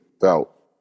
felt